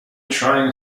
trying